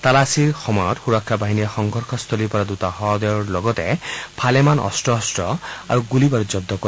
তালাচীৰ সময়ত সুৰক্ষা বাহিনীয়ে সংঘৰ্যস্থলীৰ পৰা দুটা শৱদেহৰ লগতে ভালেমান অস্ত্ৰ শস্ত্ৰ আৰু গুলী বাৰুদ জব্দ কৰে